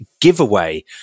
giveaway